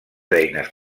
eines